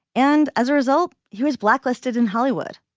and as a result, he was blacklisted in hollywood,